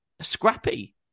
scrappy